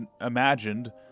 imagined